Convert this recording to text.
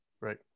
Right